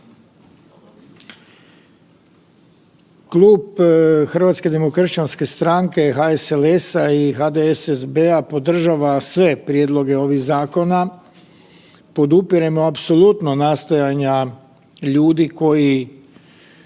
Klub HDS-a, HSLS-a i HDSSB-a podržava sve prijedloge ovih zakona, podupiremo apsolutno nastojanja ljudi koji